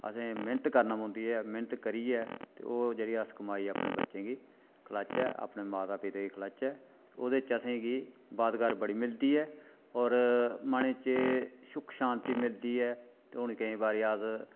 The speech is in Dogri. असें मेह्नत करना पौंदी ऐ मेहनत करियै ते ओह् जेह्ड़ी कमाई अस अपने बच्चें गी खलाह्चै अपने माता पिता गी खलाह्चै ओह्दे च असें गी बरकत बड़ी मिलदी ऐ और मनै च सुख शांति मिलदी ऐ ते हून केईं बारी अस